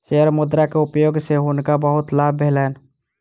share मुद्रा के उपयोग सॅ हुनका बहुत लाभ भेलैन